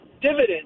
dividend